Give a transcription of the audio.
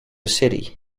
city